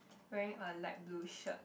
wearing a light blue shirt